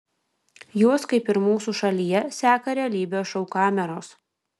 juos kaip ir mūsų šalyje seka realybės šou kameros